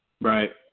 Right